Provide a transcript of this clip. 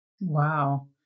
Wow